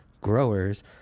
growers